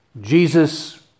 Jesus